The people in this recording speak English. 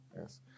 Yes